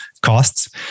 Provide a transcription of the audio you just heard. costs